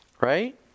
right